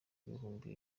ibihumbi